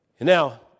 now